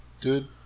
dude